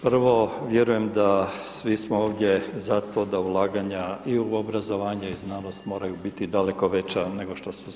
Prvo, vjerujem da, svi smo ovdje za to da ulaganja i u obrazovanje i znanost moraju biti daleko veća nego što su sada.